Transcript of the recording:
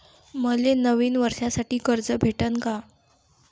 मले नवीन वर्षासाठी कर्ज भेटन का?